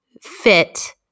fit